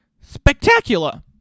Spectacular